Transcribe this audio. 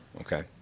Okay